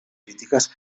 crítiques